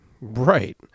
Right